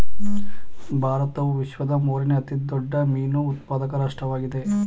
ಭಾರತವು ವಿಶ್ವದ ಮೂರನೇ ಅತಿ ದೊಡ್ಡ ಮೀನು ಉತ್ಪಾದಕ ರಾಷ್ಟ್ರವಾಗಿದೆ